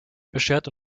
beschert